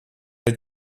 eine